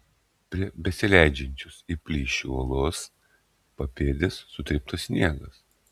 prie besileidžiančios į plyšį uolos papėdės sutryptas sniegas